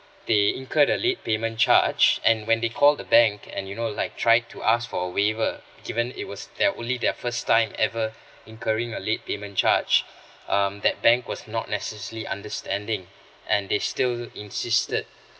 they incurred a late payment charge and when they call the bank and you know like try to ask for a waiver given it was their only their first time ever incurring a late payment charge um that bank was not necessary understanding and they still insisted